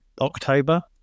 October